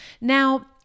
Now